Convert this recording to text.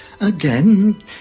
Again